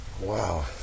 wow